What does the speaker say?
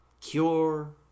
cure